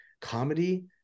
comedy